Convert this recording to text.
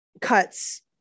cuts